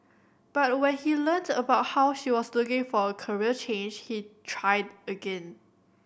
but when he learnt about how she was looking for a career change he tried again